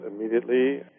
immediately